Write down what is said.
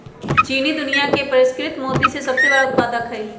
चीन दुनिया में परिष्कृत मोती के सबसे बड़ उत्पादक हई